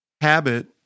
habit